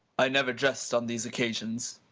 i never jest on these occasions.